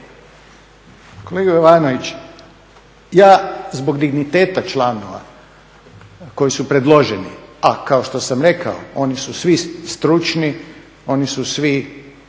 Kolega Jovanović, ja zbog digniteta članova koji su predloženi a kao što sam rekao oni su svi stručni, oni su svi,